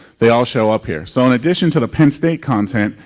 they all show up here. so in addition to the penn state content,